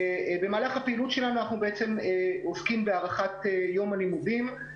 במהלך הפעילות שלנו אנחנו עוסקים בהארכת יום הלימודים,